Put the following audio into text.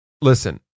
Listen